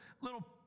little